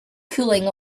cooling